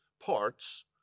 parts